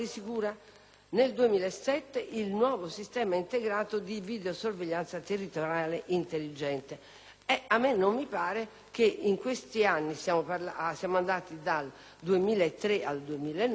nel 2007 il nuovo sistema integrato di videosorveglianza territoriale intelligente. Non mi pare che in questi anni, da 2003 al 2009, si sia